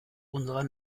unserer